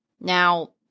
Now